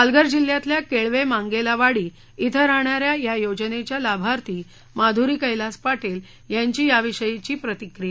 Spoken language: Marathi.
पालघर जिल्ह्यातल्या केळवे मांगेला वाडी इथं राहणाऱ्या या योजनेच्या लाभार्थी माधुरी क्लास पाटील यांची याविषयीची प्रतिक्रिया